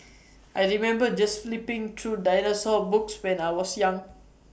I remember just flipping through dinosaur books when I was young